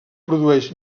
produeix